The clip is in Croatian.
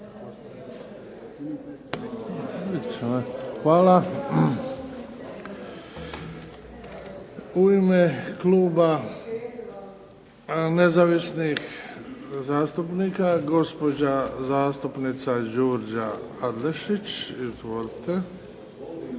Hvala. U ime Kluba Nezavisnih zastupnika, gospođa zastupnica Đurđa Adlešić. Izvolite.